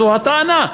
זו הטענה,